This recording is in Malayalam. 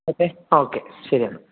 ഓക്കേ ആ ഓക്കേ ശരിയെന്നാല്